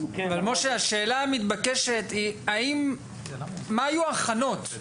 השאלה המתבקשת היא מה היו ההכנות.